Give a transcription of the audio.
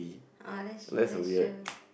oh that's true that's true